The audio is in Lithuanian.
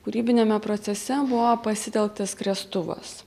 kūrybiniame procese buvo pasitelktas skriestuvas